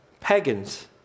pagans